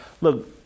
Look